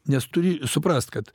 nes turi suprast kad